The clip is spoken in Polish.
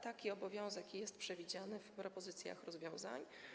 Taki obowiązek jest przewidziany w propozycjach rozwiązań.